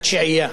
בתשיעייה.